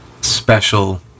special